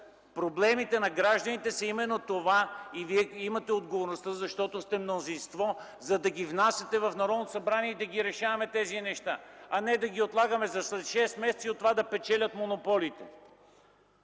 проблемите на гражданите са именно това, и вие, защото сте мнозинство, имате отговорността да ги внасяте в Народното събрание и да решаваме тези неща, а не да ги отлагаме за след шест месеца и от това да печелят монополите.